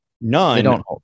None